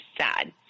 sad